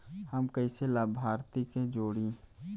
हम कइसे लाभार्थी के जोड़ी?